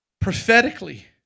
prophetically